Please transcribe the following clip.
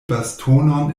bastonon